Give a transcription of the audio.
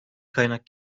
kaynak